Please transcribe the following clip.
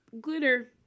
Glitter